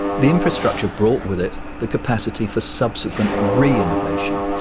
the infrastructure brought with it the capacity for subsequent re-innovation.